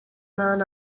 man